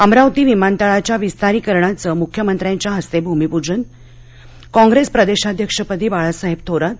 अमरावती विमानतळाच्या विस्तारीकरणाचं मुख्यमंत्र्यांच्या हस्ते भूमिपूजन कॉग्रेस प्रदेशाध्यक्षपदी बाळासाहेब थोरात